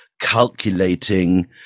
calculating